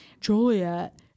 juliet